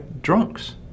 drunks